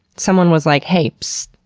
someone was like, hey, pssst.